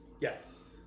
yes